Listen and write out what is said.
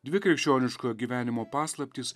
dvi krikščioniško gyvenimo paslaptys